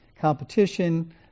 competition